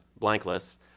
blankless